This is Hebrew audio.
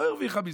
לא הרוויחה מזה.